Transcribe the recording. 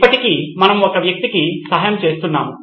ఇప్పటికీ మనము ఒక వ్యక్తికి సహాయం చేస్తున్నాము